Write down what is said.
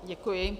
Děkuji.